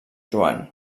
joan